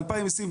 ב-2023,